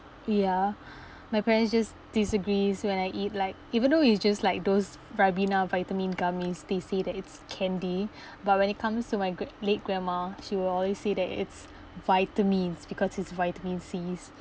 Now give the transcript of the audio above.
ya my parents just disagrees when I eat like even though it's just like those ribena vitamin gummies they say that it's candy but when it comes to my gran~ late grandma she will always say that it's vitamins because it's vitamin Cs